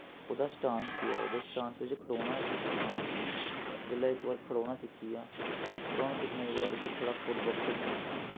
ओह्दा स्टांस केह् ऐ ओह्दे स्टांस बिच्च खड़ोना उस्सी सखाना जिसलै इक बार खड़ोना सिक्खी गेआ खड़ोना सिक्खने दे बाद उस्सी थोह्ड़ा फुट वर्क सखाना